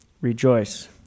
Rejoice